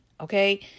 Okay